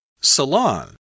Salon